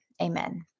Amen